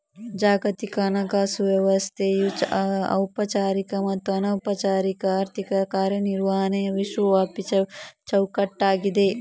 ಜಾಗತಿಕ ಹಣಕಾಸು ವ್ಯವಸ್ಥೆಯು ಔಪಚಾರಿಕ ಮತ್ತು ಅನೌಪಚಾರಿಕ ಆರ್ಥಿಕ ಕಾರ್ಯ ನಿರ್ವಹಣೆಯ ವಿಶ್ವವ್ಯಾಪಿ ಚೌಕಟ್ಟಾಗಿದೆ